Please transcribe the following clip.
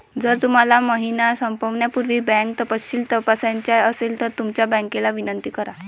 जर तुम्हाला महिना संपण्यापूर्वी बँक तपशील तपासायचा असेल तर तुमच्या बँकेला विनंती करा